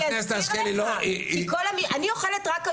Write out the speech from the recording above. אני אוכלת רק כשר.